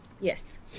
Yes